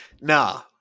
nah